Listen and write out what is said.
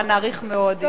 אבל נעריך מאוד אם תקצר.